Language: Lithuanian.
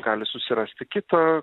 gali susirasti kitą